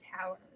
tower